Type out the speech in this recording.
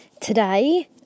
today